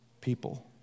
people